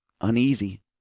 uneasy